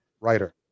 Writer